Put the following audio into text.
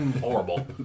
horrible